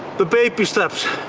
the baby steps.